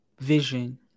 Vision